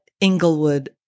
Inglewood